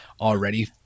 already